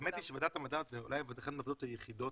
האמת היא שוועדת המדע היא אולי אחת הוועדות היחידות,